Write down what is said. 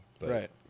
Right